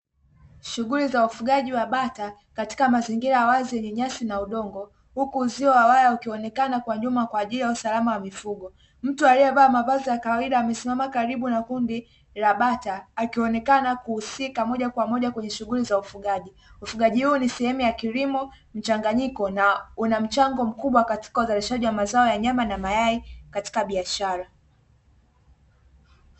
Shughuli za ufugaji wa bata katika mazingira ya wazi ni nyasi na udongo, huku uzio wa waya ukionekana kwa nyuma kwa ajili ya usalama wa mifugo, mtu aliyevaa mavazi ya kawaida amesimama karibu na kundi la bata akionekana kuhusika moja kwa moja kwenye shughuli za ufugaji, ufugaji huo ni sehemu ya kilimo mchanganyiko na una mchango mkubwa katika uzalishaji wa mazao ya nyama na mayai katika biashara.